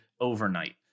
overnight